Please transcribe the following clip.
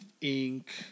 ink